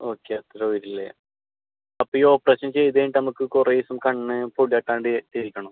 okay അത്ര വരില്ലേ അപ്പം ഈ ഓപ്പറേഷൻ ചെയ്തുകഴിഞ്ഞിട്ട് നമുക്ക് കുറേ ദിവസം കണ്ണ് പൊടി തട്ടാണ്ടെ ഇരിക്കണോ